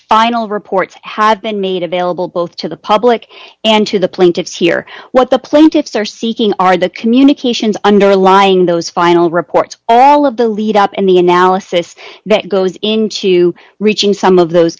final report have been made available both to the public and to the plaintiffs here what the plaintiffs are seeking are the communications underlying those final reports of the lead up and the analysis that goes into reaching some of those